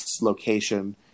location